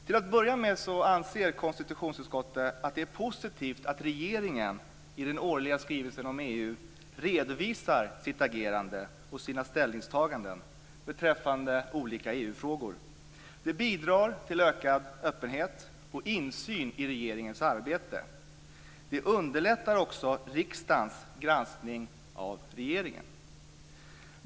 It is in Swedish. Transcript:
Till att börja med anser konstitutionsutskottet att det är positivt att regeringen i den årliga skrivelsen om EU redovisar sitt agerande och sina ställningstaganden beträffande olika EU-frågor. Det bidrar till ökad öppenhet och insyn i regeringens arbete. Det underlättar också riksdagens granskning av regeringen.